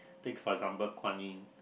take for example guan yi